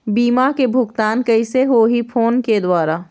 बीमा के भुगतान कइसे होही फ़ोन के द्वारा?